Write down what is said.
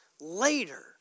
later